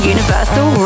Universal